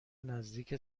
نزدیک